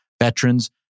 veterans